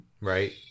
Right